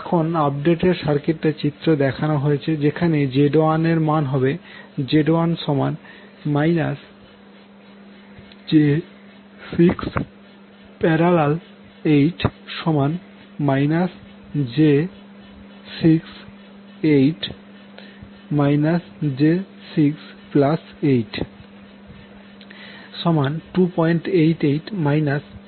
এখন আপডেটেড সার্কিটটি চিত্রে দেখানো হয়েছে যেখানে Z1 এর মান হবে Z1 j6